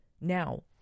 Now